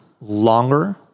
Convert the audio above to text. longer